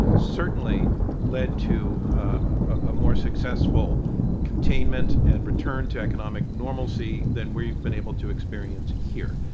certainly led to a more successful containment and return to economic normalcy than we've been able to experience here.